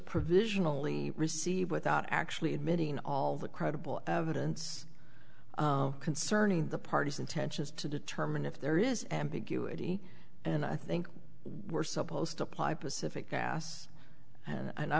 provisionally receive without actually admitting all the credible evidence concerning the party's intentions to determine if there is ambiguity and i think we're supposed to apply pacific gas and